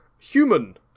human